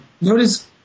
notice